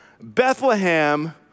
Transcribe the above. Bethlehem